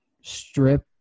strip